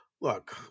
Look